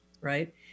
right